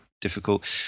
difficult